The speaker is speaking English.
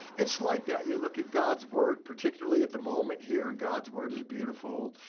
it's like that. you look at god's word, particularly at the moment here, and god's word is beautiful.